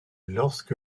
lorsque